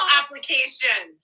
application